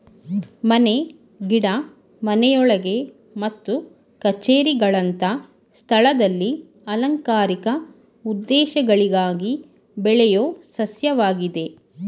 ಮನೆ ಗಿಡ ಮನೆಯೊಳಗೆ ಮತ್ತು ಕಛೇರಿಗಳಂತ ಸ್ಥಳದಲ್ಲಿ ಅಲಂಕಾರಿಕ ಉದ್ದೇಶಗಳಿಗಾಗಿ ಬೆಳೆಯೋ ಸಸ್ಯವಾಗಿದೆ